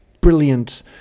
brilliant